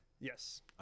Yes